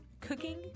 cooking